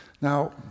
Now